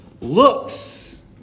looks